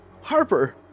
Harper